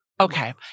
Okay